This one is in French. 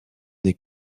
n’ai